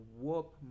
whoop